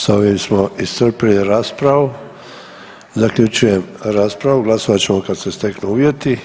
S ovim smo iscrpili raspravu, zaključujem raspravu glasovat ćemo kad se steknu uvjeti.